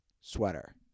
sweater